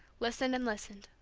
listened and listened.